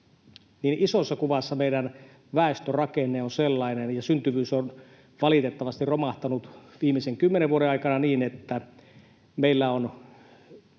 niin isossa kuvassa meidän väestörakenne on sellainen, ja syntyvyys on valitettavasti romahtanut viimeisen kymmenen vuoden aikana, että meillä on